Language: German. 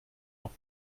auch